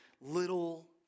little